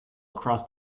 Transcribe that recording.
across